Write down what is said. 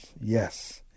Yes